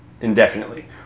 indefinitely